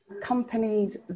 companies